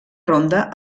ronda